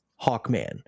Hawkman